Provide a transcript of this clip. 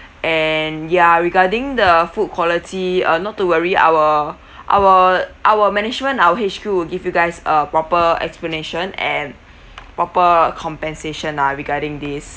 and ya regarding the food quality uh not to worry our our our management our H_Q will give you guys a proper explanation and proper compensation ah regarding this